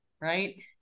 right